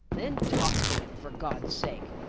then talk to him, for god's sake,